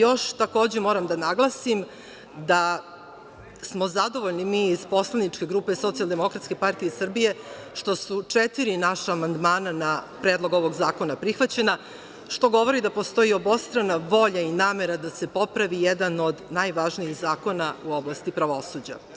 Još takođe moram da naglasim da smo zadovoljni mi iz poslaničke grupe SDPS što su četiri naša amandmana na predlog ovog zakona prihvaćena, što govori da postoji obostrana volja i namera da se popravi jedan od najvažnijih zakona u oblasti pravosuđa.